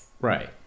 Right